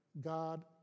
God